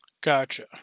Gotcha